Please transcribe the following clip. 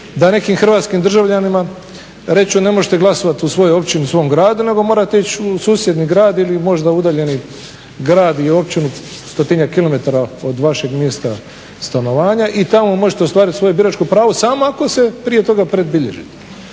da nekim hrvatskim državljanima reću ne možete glasovati u svojoj općini u svom gradu nego morate ići u susjedni grad ili možda udaljeni grad i općinu stotinjak kilometara od vašeg mjesta stanovanja i tamo možete ostvariti svoje biračko pravo samo ako se prije toga predbilježite.